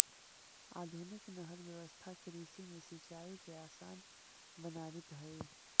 आधुनिक नहर व्यवस्था कृषि में सिंचाई के आसान बनावित हइ